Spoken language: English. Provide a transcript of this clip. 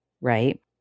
Right